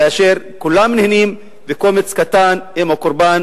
כאשר כולם נהנים וקומץ קטן הם הקורבן